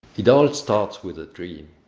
it all starts with a dream!